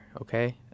okay